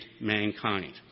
mankind